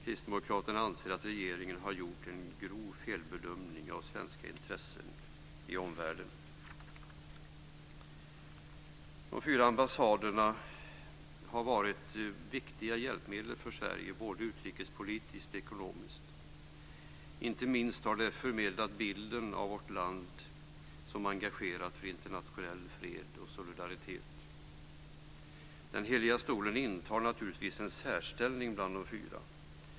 Kristdemokraterna anser att regeringen har gjort en grov felbedömning av svenska intressen i omvärlden. De fyra ambassaderna har varit viktiga hjälpmedel för Sverige både utrikespolitiskt och ekonomiskt. Inte minst har de förmedlat bilden av vårt land som engagerat för internationell fred och solidaritet. Heliga stolen intar naturligtvis en särställning bland de fyra.